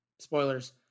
Spoilers